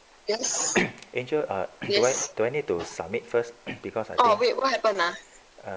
yes angel or do I need to submit first because I wait what happen ah uh